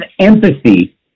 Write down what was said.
empathy